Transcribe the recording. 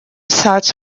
such